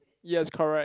yes correct